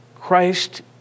Christ